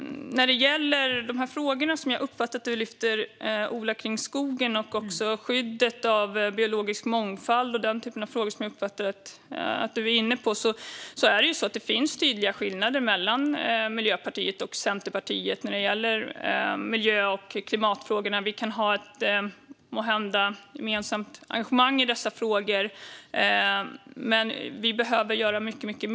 När det gäller de frågor som Ola lyfte upp om skogen och skyddet av biologisk mångfald och den typen av frågor som jag uppfattade att Ola var inne på finns det tydliga skillnader mellan Miljöpartiet och Centerpartiet i miljö och klimatfrågorna. Vi har måhända ett gemensamt engagemang i dessa frågor, men vi behöver göra mycket mer där.